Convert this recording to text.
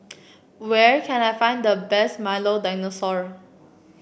where can I find the best Milo Dinosaur